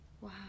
Wow